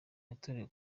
yatorewe